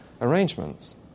arrangements